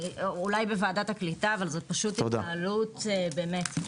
זאת פשוט התנהלות -- באמת.